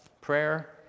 prayer